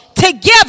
together